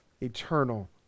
eternal